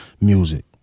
music